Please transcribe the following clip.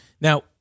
Now